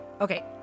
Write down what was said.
okay